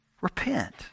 Repent